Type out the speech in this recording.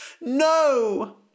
No